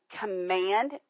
command